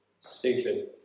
stupid